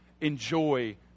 enjoy